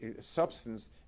substance